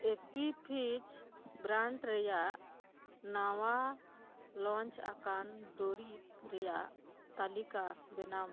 ᱮᱯᱤ ᱯᱷᱤᱡᱽ ᱵᱨᱟᱱᱰ ᱨᱮᱭᱟᱜ ᱱᱟᱣᱟ ᱞᱚᱧᱡᱽ ᱟᱠᱟᱱ ᱫᱩᱨᱤᱵᱽ ᱨᱮᱭᱟᱜ ᱛᱟᱞᱤᱠᱟ ᱵᱮᱱᱟᱣ ᱢᱮ